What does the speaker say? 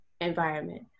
environment